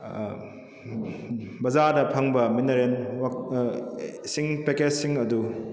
ꯕꯖꯥꯔꯗ ꯐꯪꯕ ꯃꯤꯅꯔꯦꯟ ꯏꯁꯤꯡ ꯄꯦꯛꯀꯦꯁꯁꯤꯡ ꯑꯗꯨ